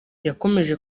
yakomoje